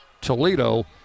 Toledo